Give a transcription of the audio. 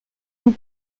nous